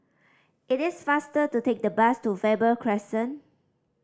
it is faster to take the bus to Faber Crescent